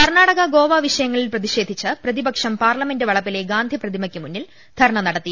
കർണാടക ഗോവ വിഷയങ്ങളിൽ പ്രതിഷേധിച്ച് പ്രതിപക്ഷം പാർലമെന്റ് വളപ്പിലെ ഗാന്ധിപ്രതിമയ്ക്ക് മുന്നിൽ ധർണ്ണ നടത്തി